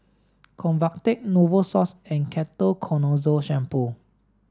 Convatec Novosource and Ketoconazole shampoo